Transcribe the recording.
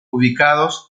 ubicados